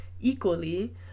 equally